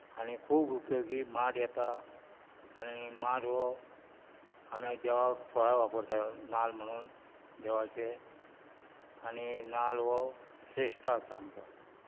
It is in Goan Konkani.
आनी खूब उपयोगी माड येता आनी माड हो आमी देवाक फळां वापरता नाल्ल म्हणून देवाचे आनी नाल्ल हो श्रेश्ट आसा आमचो